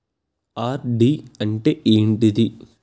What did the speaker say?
RD అంటే ఏంటిది?